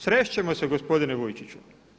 Srest ćemo se gospodine Vujčiću.